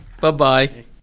Bye-bye